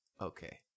Okay